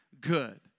good